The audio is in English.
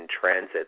Transit